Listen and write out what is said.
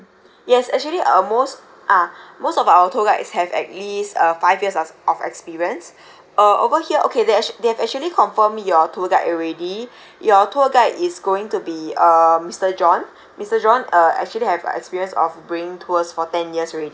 yes actually uh most are most of our tour guides have at least uh five years uh of experience uh over here okay they act~ they've actually confirm your tour guide already your tour guide is going to be uh mister john mister john uh actually have a experience of bringing tours for ten years already